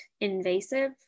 invasive